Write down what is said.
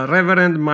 Reverend